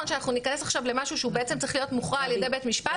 שאנחנו ניכנס עכשיו למשהו שהוא צריך להיות מוכרע על ידי בית משפט,